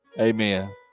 Amen